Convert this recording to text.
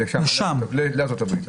לארצות הברית.